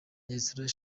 restaurant